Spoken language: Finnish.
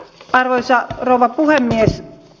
arvoisa rouva puhemies